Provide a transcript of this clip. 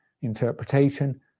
interpretation